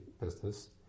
business